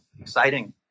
exciting